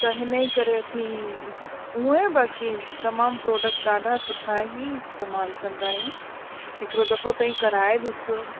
त हिन ई करे असीं हुंअ ई बाक़ी तमामु प्रॉडक्ट्स ॾाढा सुठा ई इस्तेमालु कंदा आहियूं हिकिड़ो दफ़ो तव्हीं कराए ॾिसो